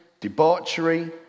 debauchery